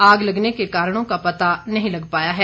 आग लगने के कारणों का पता नहीं लग पाया है